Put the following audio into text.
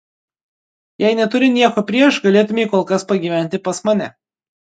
jei neturi nieko prieš galėtumei kol kas pagyventi pas mane